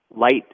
light